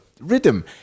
rhythm